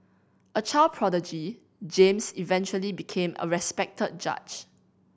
a child prodigy James eventually became a respected judge